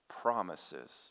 promises